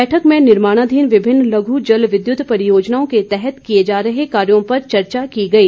बैठक में निर्माणाधीन विभिन्न लघु जल विद्युत परियोजनाओं के तहत किए जा रहे कार्यों पर चर्चा की गई